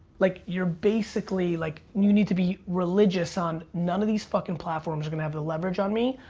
like, you're basically like you need to be religious on none of these fuckin' platforms are gonna have the leverage on me,